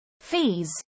Fees